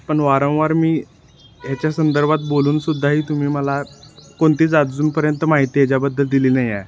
पण वारंवार मी ह्याच्या संदर्भात बोलूनसुद्धाही तुम्ही मला कोणतीच अजूनपर्यंत माहिती ह्याच्याबद्दल दिली नाही आहे